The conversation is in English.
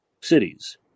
cities